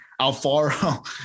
Alfaro